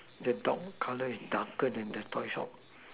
the dog color is darker that the toy shop